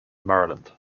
maryland